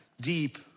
deep